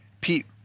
Pete